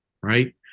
right